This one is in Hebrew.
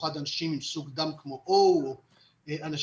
במיוחד אנשים עם סוג דם O. אנחנו